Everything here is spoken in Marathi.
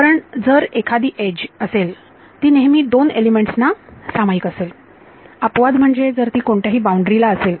कारण जर एखादी एज असेल ती नेहमी दोन एलिमेंट्स ना सामायिक असेल अपवाद म्हणजे जर ती कोणत्याही बाउंड्री ला असेल